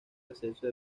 ascenso